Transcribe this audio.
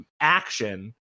action